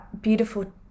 beautiful